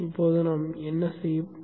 இப்போது நாம் என்ன செய்வது